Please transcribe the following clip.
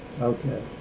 Okay